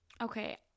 Okay